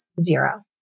zero